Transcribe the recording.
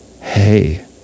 Hey